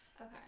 okay